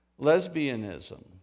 lesbianism